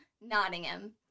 Nottingham